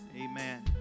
Amen